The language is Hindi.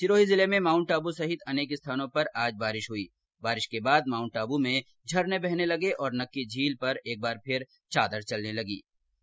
सिरोही जिले में माउंटआबू सहित अनेक स्थानों पर आज बारिश हुई बारिश के बाद माउंटआबू में झरने बहने लगे और नक्की झील पर एक बार फिर चादर चलने लगी है